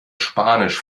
spanisch